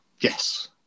Yes